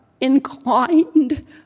inclined